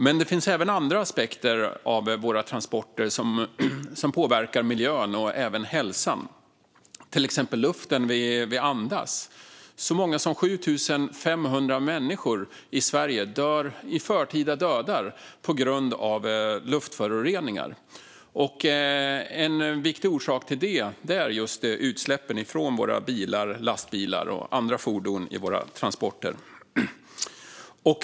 Men det finns även andra aspekter av våra transporter som påverkar miljön och även hälsan, till exempel luften vi andas. Så många som 7 500 människor i Sverige dör i förtid på grund av luftföroreningar. En viktig orsak till det är just utsläppen från bilar, lastbilar och andra fordon i våra transporter.